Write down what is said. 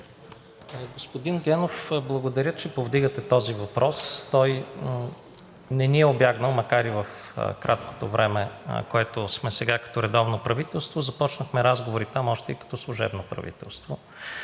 Господин Генов, благодаря, че повдигате този въпрос. Той не ни е убягнал, макар и в краткото време, в което сме сега като редовно правителство. Започнахме разговори там още и като служебно правителство.